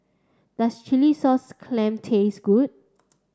does Chilli Sauce Clam taste good